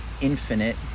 infinite